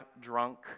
drunk